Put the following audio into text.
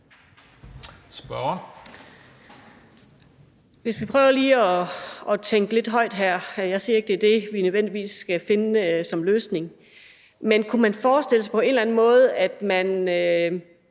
Vi kan prøve lige at tænke lidt højt her. Jeg siger ikke, at det er det, vi nødvendigvis skal finde som løsning. Men kunne man forestille sig, at man på en eller anden måde også